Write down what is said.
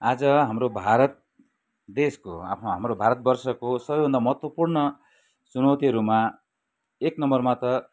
आज हाम्रो भारत देशको आफ्नो हाम्रो भारतवर्षको सबैभन्दा महत्त्वपूर्ण चुनौतीहरूमा एक नम्बरमा त